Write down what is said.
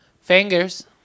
Fingers